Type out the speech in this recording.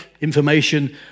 information